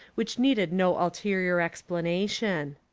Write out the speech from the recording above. which needed no ulteri or explanation.